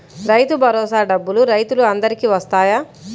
రైతు భరోసా డబ్బులు రైతులు అందరికి వస్తాయా?